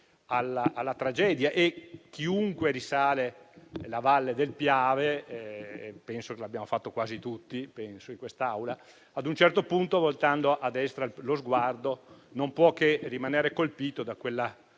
alla tragedia. Chiunque risale la valle del Piave - penso che lo abbiamo fatto quasi tutti in quest'Aula - ad un certo punto, voltando lo sguardo a destra, non può che rimanere colpito da quella